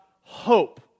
hope